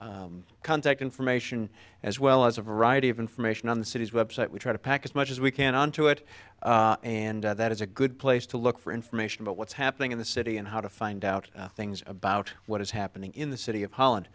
have contact information as well as a variety of information on the city's website we try to pack as much as we can onto it and that is a good place to look for information about what's happening in the city and how to find out things about what is happening in the city of holland